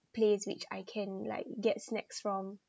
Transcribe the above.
place which I can like get snacks from